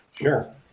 Sure